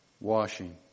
washing